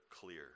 clear